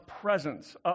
presence